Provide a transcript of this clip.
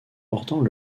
portant